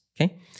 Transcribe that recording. okay